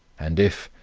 and if,